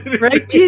Right